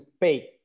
pay